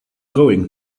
going